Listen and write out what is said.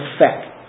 effect